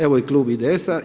Evo i Klub IDS-a.